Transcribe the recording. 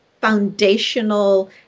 foundational